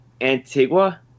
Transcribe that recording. Antigua